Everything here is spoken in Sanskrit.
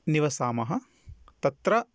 निवसामः तत्र